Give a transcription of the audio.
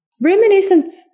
Reminiscence